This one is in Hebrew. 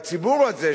והציבור הזה,